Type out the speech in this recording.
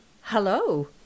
Hello